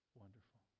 wonderful